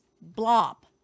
blob